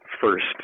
first